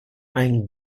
ein